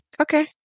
okay